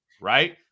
right